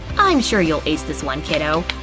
i'm sure you'll ace this one, kiddo.